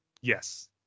Yes